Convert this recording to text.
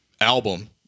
album